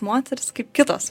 moters kaip kitos